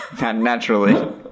Naturally